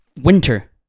winter